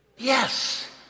Yes